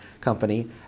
Company